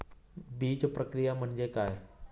बीजप्रक्रिया म्हणजे काय?